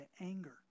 anger